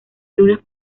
lunes